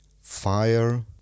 fire